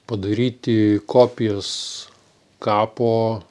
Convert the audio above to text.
padaryti kopijas kapo